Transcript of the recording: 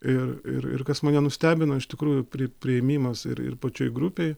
ir ir ir kas mane nustebino iš tikrųjų pri priėmimas ir ir pačioj grupėj